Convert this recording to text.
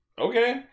Okay